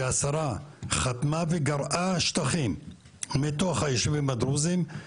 שהשרה חתמה וגרעה שטחים מתוך היישובים הדרוזים.